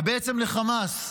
ובעצם לחמאס,